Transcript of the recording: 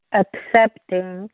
accepting